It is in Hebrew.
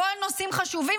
הכול נושאים חשובים,